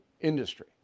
industry